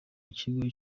ikigo